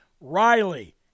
Riley